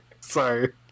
Sorry